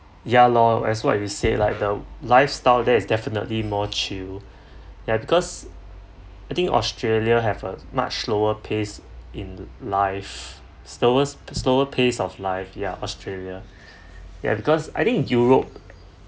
ya lor as what we say like the lifestyle there is definitely more chill ya because I think australia have a much slower pace in life slowest slower pace of life ya australia ya because I think in europe